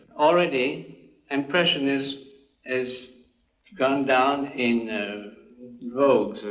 already impressionism is gone down in vogue.